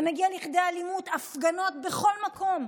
זה מגיע לכדי אלימות, הפגנות בכל מקום.